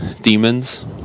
demons